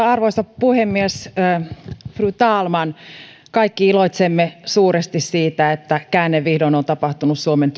arvoisa puhemies fru talman kyllä kaikki iloitsemme suuresti siitä että käänne vihdoin on tapahtunut suomen